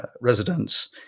residents